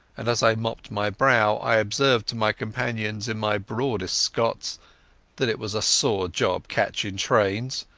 and as i mopped my brow i observed to my companions in my broadest scots that it was a sore job catching trains.